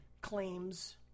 Claims